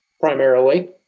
primarily